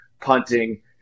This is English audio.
punting